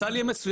הסל יהיה מצוין,